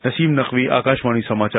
नसीम नकवी आकाशवाणी समाचार